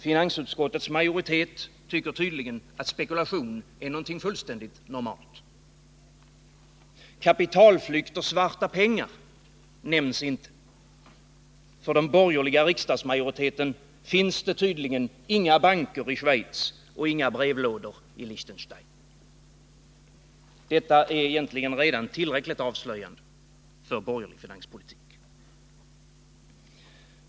Finansutskottets majoritet tycker tydligen att spekulation är någonting fullständigt normalt. Kapitalflykt och svarta pengar nämns inte. För den borgerliga riksdagsmajoriteten finns det tydligen inga banker i Schweiz och inga brevlådor i Lichtenstein. Detta är egentligen redan tillräckligt avslöjande för borgerlig finanspolitik.